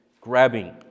grabbing